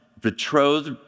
betrothed